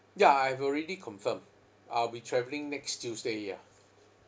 ya I've already confirmed I'll be travelling next tuesday ya